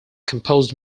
composed